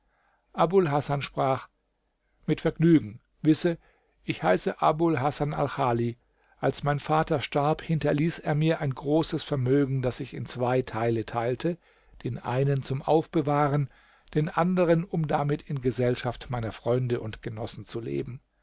abul hasan sprach mit vergnügen wisse ich heiße abul hasan alchali als mein vater starb hinterließ er mir ein großes vermögen das ich in zwei teile teilte den einen zum aufbewahren den andern um damit in gesellschaft meiner freunde und genossen zu leben